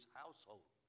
household